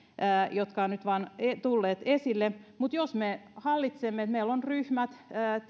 jotka ovat nyt vain tulleet esille mutta jos me hallitsemme tätä niin että meillä on ryhmät